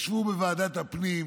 ישבו בוועדת הפנים,